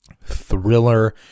thriller